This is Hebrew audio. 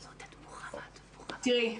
תראי,